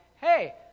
hey